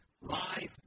live